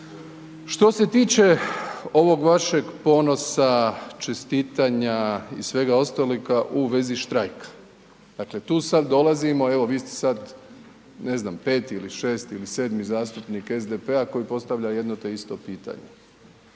Što se tiče ovog vašeg ponosa, čestitanja i svega ostaloga u vezi štrajka, dakle, tu sad dolazimo, evo vi ste sad, ne znam, peti, šesti ili sedmi zastupnik SDP-a koji postavlja jedno te isto pitanje.